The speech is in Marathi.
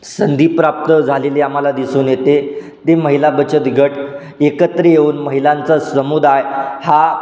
संधी प्राप्त झालेली आम्हाला दिसून येते ते महिला बचत गट एकत्र येऊन महिलांचा समुदाय हा